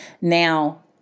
Now